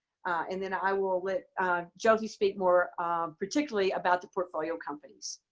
and then i will let jyoti speak more particularly about the portfolio companies.